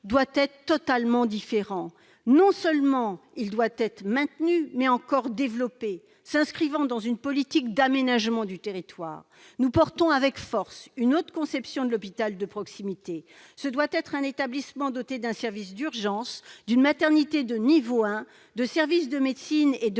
doit être totalement différent : il doit évidemment être maintenu, mais il doit même être développé, en s'inscrivant dans une politique d'aménagement du territoire. Nous portons avec force une autre conception de l'hôpital de proximité, qui doit être un établissement doté d'un service d'urgences, d'une maternité de niveau 1 et de services de médecine et de